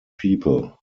people